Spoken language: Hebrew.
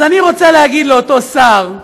אז אני רוצה להגיד לאותו שר,